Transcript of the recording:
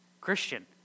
Christian